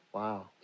wow